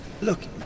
Look